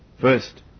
First